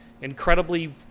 incredibly